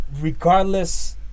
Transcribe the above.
regardless